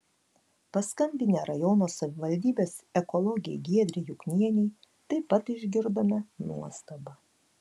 paskambinę rajono savivaldybės ekologei giedrei juknienei taip pat išgirdome nuostabą